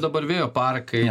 dabar vėjo parkai